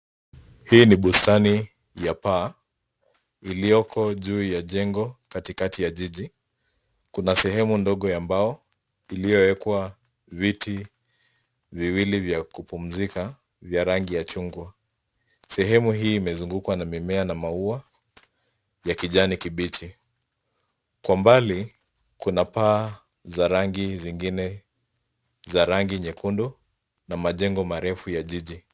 Hii ni bustani ya paa iliyoko juu ya jengo Katikati ya jiji kuna sehemu ndogo ya mbao iliyoekwa viti viwili vya kupumzika vya rangi ya chungwa. Sehemu hii imezungukwa na mimea na maua ya kijani kibichi. Kwa mbali kuna paa za rangi zingine, za rangi nyekundu na majengo marefu ya jiji.